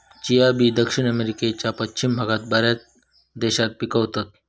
chia बी दक्षिण अमेरिकेच्या पश्चिम भागात बऱ्याच देशात पिकवतत